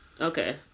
Okay